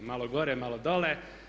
Malo gore, malo dolje.